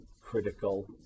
critical